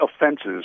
offenses